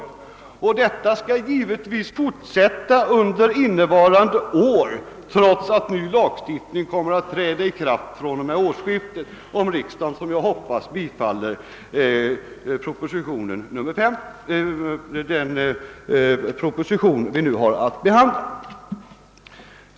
Dessa regler skall givetvis fortsätta att gälla under innevarande år, trots att ny lag kommer att träda i kraft fr.o.m. årsskiftet om riksdagen, som jag hoppas, bifaller proposition nr 91.